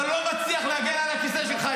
אתה לא מצליח להגן על הכיסא שלך,